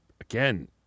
again